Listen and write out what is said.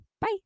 Bye